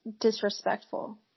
disrespectful